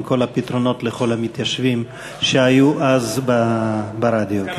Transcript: כל הפתרונות לכל המתיישבים שהיו אז ברדיו.